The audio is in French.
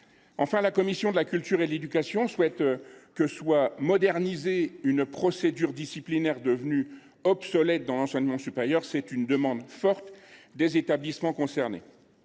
Enfin, la commission de la culture souhaite que soit modernisée une procédure disciplinaire devenue obsolète dans l’enseignement supérieur. C’est une demande forte des établissements concernés.